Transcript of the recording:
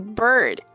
bird